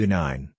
nine